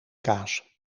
kaas